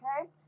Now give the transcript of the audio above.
Okay